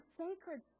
sacred